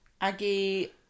Aggie